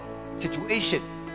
situation